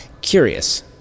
Curious